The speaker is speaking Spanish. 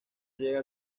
llega